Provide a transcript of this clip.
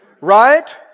right